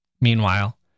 Meanwhile